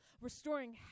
restoring